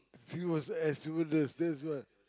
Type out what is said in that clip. she was air stewardess that's what